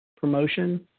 promotion